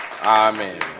Amen